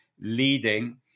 leading